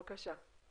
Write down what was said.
בבקשה.